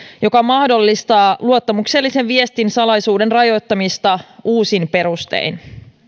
joka mahdollistaa luottamuksellisen viestin salaisuuden rajoittamista uusin perustein